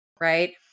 right